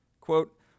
Quote